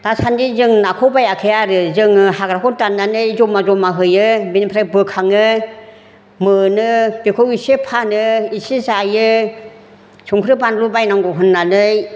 दासानदि जों नाखौ बायाखै आरो जोङो हाग्राखौ दाननानै जमा जमा होयो बिनिफ्राय बोखाङो मोनो बेखौ इसे फानो इसे जायो संख्रि बानलु बायनांगौ होननानै